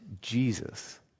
Jesus